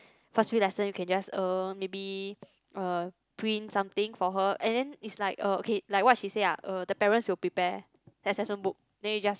first few lesson you can just uh maybe uh print something for her and then is like uh okay like what she say ah the parents will prepare assessment book then you just